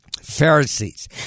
Pharisees